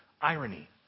irony